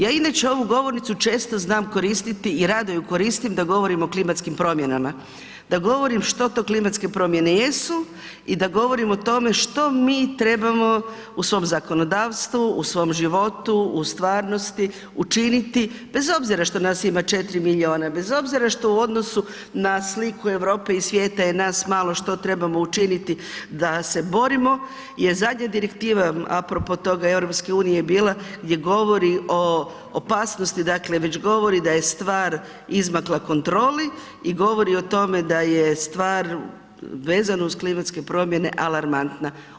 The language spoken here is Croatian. Ja inače ovu govornicu često znam koristiti i rado ju koristim da govorim o klimatskim promjenama, da govorim što to klimatske promjene jesu i da govorim o tome što mi trebamo u svom zakonodavstvu, u svom životu, u stvarnosti učiniti bez obzira što nas ima 4 milijuna, bez obzira što u odnosu na sliku Europe i svijeta je nas malo što trebamo učiniti da se borimo je zadnja direktiva a propo toga je EU bila gdje govori o opasnosti, dakle već govori da je stvar izmakla kontroli i govori o tome da je stvar vezano uz klimatske promjene alarmantna.